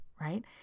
right